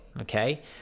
Okay